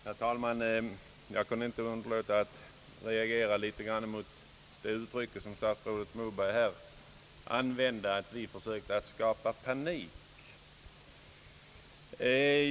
Herr talman! Jag kunde inte underlåta att reagera litet grand mot det uttryck som statsrådet Moberg använde, nämligen att vi försökte »skapa panik».